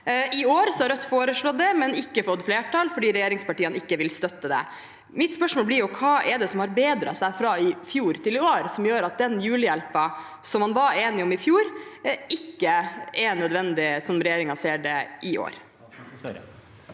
I år har Rødt foreslått det, men ikke fått flertall, fordi regjeringspartiene ikke vil støtte det. Mitt spørsmål blir: Hva er det som har bedret seg fra i fjor til i år, som gjør at den julehjelpen som man var enige om i fjor, ikke er nødvendig, slik regjeringen ser det, i år?